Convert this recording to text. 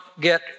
get